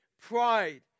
pride